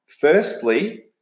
Firstly